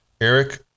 Eric